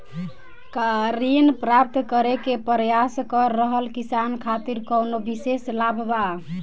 का ऋण प्राप्त करे के प्रयास कर रहल किसान खातिर कउनो विशेष लाभ बा?